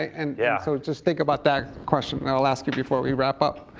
and yeah so just think about that question and i'll ask you before we wrap up.